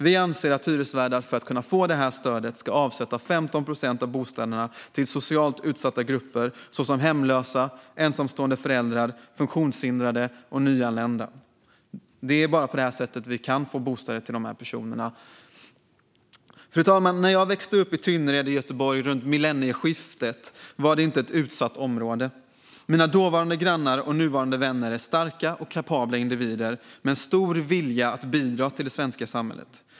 Vi anser att hyresvärdar för att kunna få detta stöd ska avsätta 15 procent av bostäderna till socialt utsatta grupper såsom hemlösa, ensamstående föräldrar, funktionshindrade och nyanlända. Det är bara på det sättet vi kan få bostäder till dessa personer. Fru ålderspresident! När jag växte upp i Tynnered i Göteborg runt millennieskiftet var det inte ett utsatt område. Mina dåvarande grannar och nuvarande vänner är starka och kapabla individer med en stor vilja att bidra till det svenska samhället.